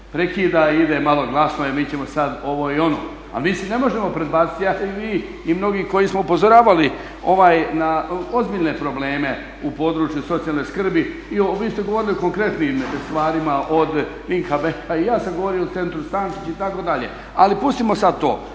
prekide i ide malo glasno jer mi ćemo sad ovo i ono. A mi si ne možemo predbaciti, ja i vi i mnogi koji smo upozoravali na ozbiljne probleme u području socijalne skrbi, vi ste govorili o konkretnim stvarima od … i ja sam govorio o centru … itd., ali pustimo sad to.